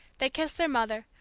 they kissed their mother,